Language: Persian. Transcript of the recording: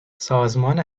سازمان